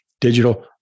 Digital